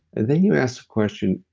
and then you ask the question,